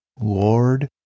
Lord